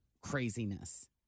craziness